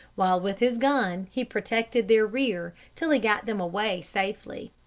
while with his gun he protected their rear till he got them away safely.